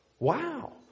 Wow